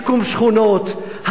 שיקום שכונות,